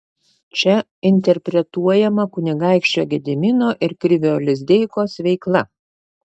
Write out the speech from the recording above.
čia interpretuojama kunigaikščio gedimino ir krivio lizdeikos veikla